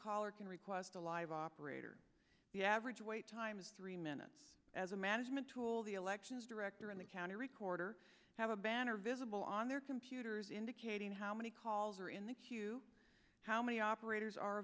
caller can request a live operator the average wait time is three minutes as a management tool the elections director in the county recorder have a banner visible on their computers indicating how many calls are in the queue how many operators are